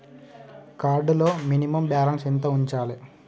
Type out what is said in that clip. Card లో minimum balance ఎంత ఉంచాలే?